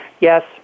yes